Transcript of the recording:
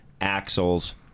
axles